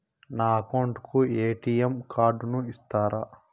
నా అకౌంట్ కు ఎ.టి.ఎం కార్డును ఇస్తారా